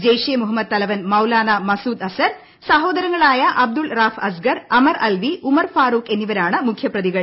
ജെയ്ഷെ മുഹമ്മദ് തലവൻ മൌലാന മസൂദ് അസർ സഹോദരങ്ങളായ അബ്ദുൾ റാഫ് അസ്ഗർ അ അമർ അൽവി ഉമർ ഫാറൂഖ് എന്നിവരാണ് മുഖ്യപ്രതികൾ